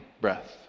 breath